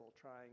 trying